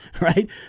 right